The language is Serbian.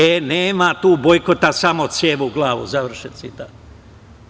E, nema tu bojkota, samo cev u glavu“, završen citat.